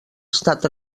estat